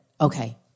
okay